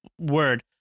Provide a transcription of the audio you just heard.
word